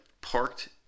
parked